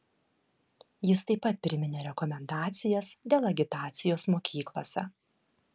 jis taip pat priminė rekomendacijas dėl agitacijos mokyklose